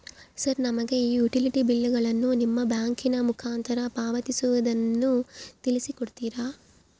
Sir ನಮಗೆ ಈ utility ಬಿಲ್ಲುಗಳನ್ನು ನಿಮ್ಮ ಬ್ಯಾಂಕಿನ ಮುಖಾಂತರ ಪಾವತಿಸುವುದನ್ನು ತಿಳಿಸಿ ಕೊಡ್ತೇರಾ?